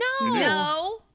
no